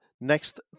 next